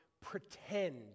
pretend